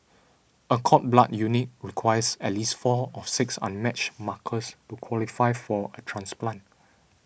a cord blood unit requires at least four of six unmatched markers to qualify for a transplant